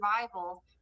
survival